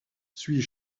suis